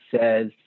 says